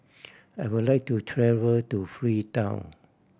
I would like to travel to Freetown